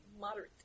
moderate